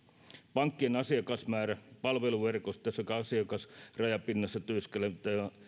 pankkien asiakasmäärä palveluverkosto sekä asiakasrajapinnassa työskentelevän